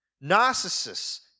Narcissus